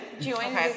join